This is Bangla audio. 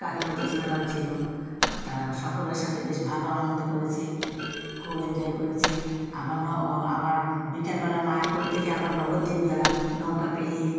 কাকিমা জেঠিমারাও ছিল তা সকলের সাথে বেশ ভালো আনন্দ করেছি খুব এনজয় করেছি আবার আবার বিকেলবেলা মায়াপুর থেকে আবার নবদ্বীপ গেলাম নৌকা পেরিয়ে